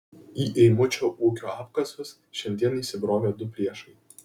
į eimučio ūkio apkasus šiandien įsibrovė du priešai